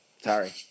Sorry